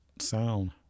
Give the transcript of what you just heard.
sound